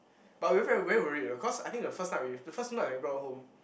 but we were very worried you know cause I think the first night we the first night we brought her home